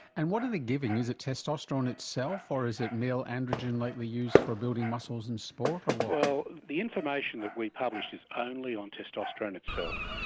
and what are they giving? is it testosterone itself, or is it male androgen like they use for building muscles in sport? well, the information that we published is only on testosterone itself.